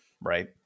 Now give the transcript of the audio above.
right